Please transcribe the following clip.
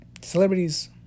celebrities